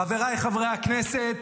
חבריי חברי הכנסת,